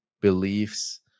beliefs